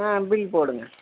ஆ bill போடுங்க